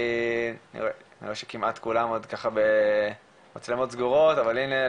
אני רואה שכמעט כולם עוד במצלמות סגורות אבל הנה,